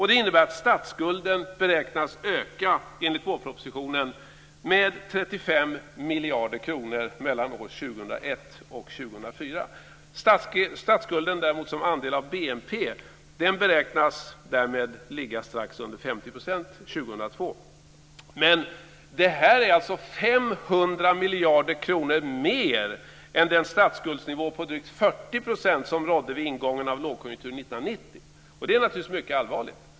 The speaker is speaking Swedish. Det innebär att statsskulden beräknas öka med 35 miljarder kronor mellan åren 2001 och 2004 BNP beräknas däremot att ligga strax under 50 % år 2002. Men det här är alltså 500 miljarder kronor mer än den statsskuldsnivå på drygt 40 % som rådde vid ingången av lågkonjunkturen 1990. Det är naturligtvis mycket allvarligt.